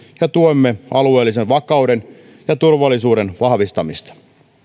ja tuemme alueellisen vakauden ja turvallisuuden vahvistamista